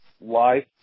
life